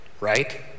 right